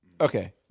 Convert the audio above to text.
Okay